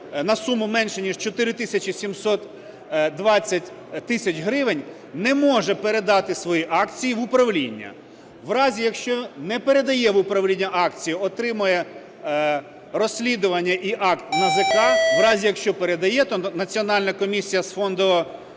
на суму менше ніж 472 тисячі гривень, не може передати свої акції в управління. В разі, якщо не передає в управління акції, отримує розслідування і акт НАЗК. В разі, якщо передає, то Національна комісія цінних